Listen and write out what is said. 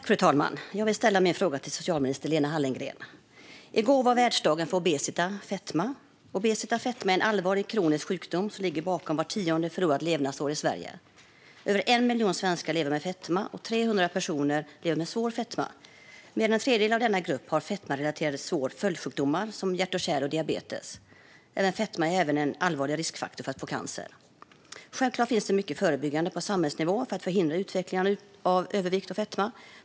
Fru talman! Jag vill ställa min fråga till socialminister Lena Hallengren. I går var världsdagen för obesitas, fetma. Obesitas, fetma, är en allvarlig kronisk sjukdom som ligger bakom vart tionde förlorat levnadsår i Sverige. Över 1 miljon svenskar lever med fetma, och 300 000 personer lever med svår fetma. Mer än en tredjedel av denna grupp har fetmarelaterade följdsjukdomar som hjärt och kärlsjukdomar och diabetes. Fetma är även en allvarlig riskfaktor för att få cancer. Självklart finns det mycket förebyggande på samhällsnivå för att förhindra utveckling av övervikt och fetma.